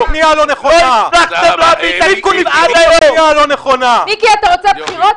------ מיקי, אתה רוצה בחירות?